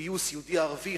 פיוס יהודי-ערבי,